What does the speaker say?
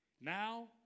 Now